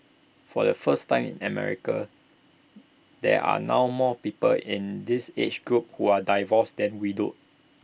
for the first time in America there are now more people in this age group who are divorced than widowed